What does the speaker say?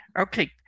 Okay